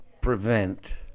prevent